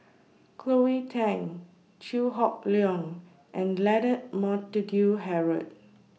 Cleo Thang Chew Hock Leong and Leonard Montague Harrod